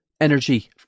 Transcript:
energy